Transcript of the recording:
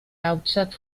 hauptstadt